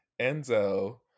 Enzo